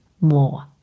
more